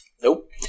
Nope